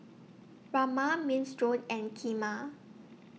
Rajma Minestrone and Kheema